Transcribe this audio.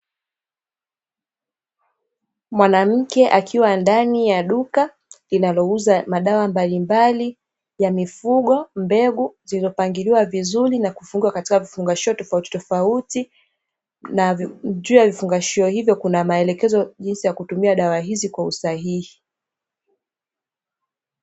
Mwanamke akiwa ndani ya duka linalouza madawa mbalimbali ya mifugo. Mbegu zilizopangiliwa vizuri na kufungwa katika vifungashio tofautitofauti, na juu yavifungashio hivyo kuna maelekezo jinsi ya kutumia dawa hizi kwa usahihi.